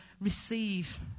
receive